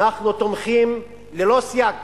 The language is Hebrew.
אנחנו תומכים ללא סייג